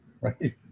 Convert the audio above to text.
Right